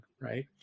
right